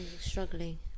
struggling